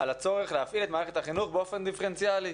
דיברנו על הצורך להפעיל את מערכת החינוך באופן דיפרנציאלי.